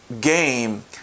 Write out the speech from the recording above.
game